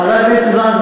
חבר הכנסת מזרחי,